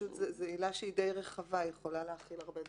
זאת עילה די רחבה, והיא יכולה להכיל הרבה דברים.